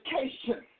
education